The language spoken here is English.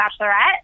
Bachelorette